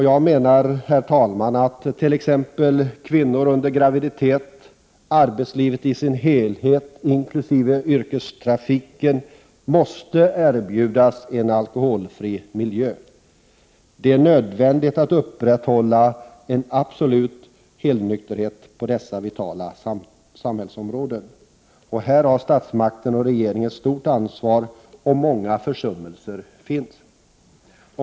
Jag menar att en alkoholfri miljö måste erbjudas kvinnor under graviditet liksom i arbetslivet i dess helhet, inkl. yrkestrafiken. Det är nödvändigt att upprätthålla en absolut helnykterhet på dessa vitala samhällsområden. Här har statsmakten och regeringen ett stort ansvar, och många försummelser finns.